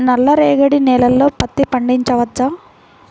నల్ల రేగడి నేలలో పత్తి పండించవచ్చా?